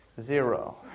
Zero